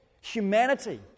humanity